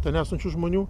ten esančių žmonių